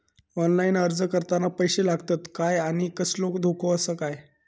Online अर्ज करताना पैशे लागतत काय आनी कसलो धोको आसा काय?